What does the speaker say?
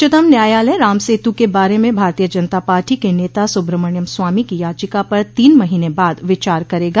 उच्चतम न्यायालय राम सेतू के बारे में भारतीय जनता पार्टी के नेता सुब्रहमण्य्म स्वामी की याचिका पर तीन महीने बाद विचार करेगा